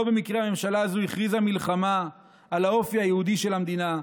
לא במקרה הממשלה הזו הכריזה מלחמה על האופי היהודי של המדינה,